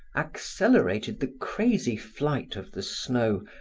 accelerated the crazy flight of the snow,